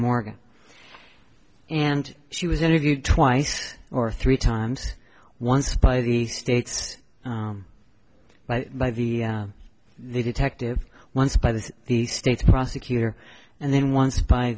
morgan and she was interviewed twice or three times once by the states by by the the detective once by the the state prosecutor and then once by